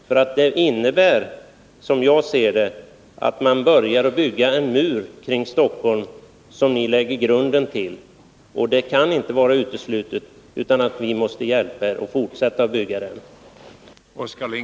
Enligt min mening innebär det att ni lägger grunden till en mur kring Stockholm, och det kan inte vara uteslutet att vi är tvungna att hjälpa er att fortsätta byggandet av den.